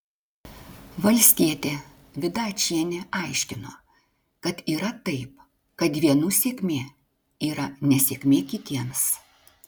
valstietė vida ačienė aiškino kad yra taip kad vienų sėkmė yra nesėkmė kitiems